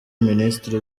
minisitiri